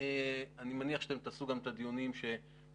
אני מניח שאתם תעשו את הדיונים שחלקם,